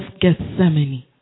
Gethsemane